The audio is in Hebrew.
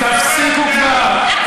תפסיקו כבר,